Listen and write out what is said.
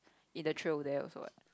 in the trail there also what